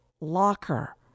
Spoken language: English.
locker